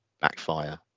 backfire